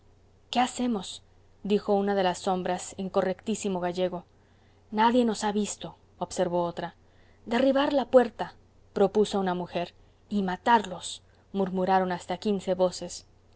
qué hacemos dijo una de las sombras en correctísimo gallego nadie nos ha visto observó otra derribar la puerta propuso una mujer y matarlos murmuraron hasta quince voces